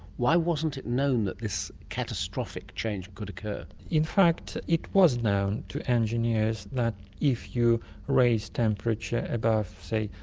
why wasn't it known that this catastrophic change could occur? in fact it was known to engineers that if you raise temperature above, say,